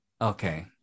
Okay